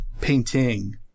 Painting